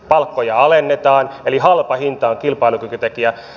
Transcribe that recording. palkkoja alennetaan eli halpa hinta on kilpailukykytekijä